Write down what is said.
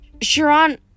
Sharon